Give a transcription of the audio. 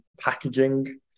packaging